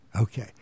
Okay